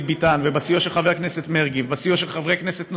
ביטן ובסיוע של חבר הכנסת מרגי ובסיוע של חברי כנסת נוספים,